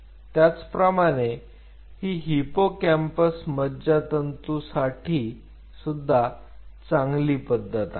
त्याचप्रमाणे ही हिपोकॅम्पस मज्जातंतू साठी सुद्धा चांगली पद्धत आहे